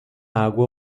água